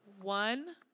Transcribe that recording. one